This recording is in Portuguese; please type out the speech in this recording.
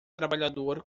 trabalhador